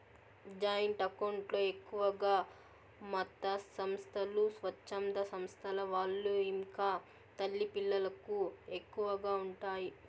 joint account లో ఎక్కువగా మతసంస్థలు, స్వచ్ఛంద సంస్థల వాళ్ళు ఇంకా తల్లి పిల్లలకు ఎక్కువగా ఉంటాయి